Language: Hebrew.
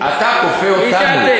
אתה כופה אותנו.